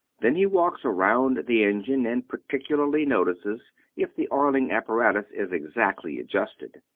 then he walks around the engine, and particularly notices if the oiling apparatus is exactly adjusted.